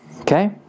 Okay